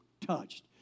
touched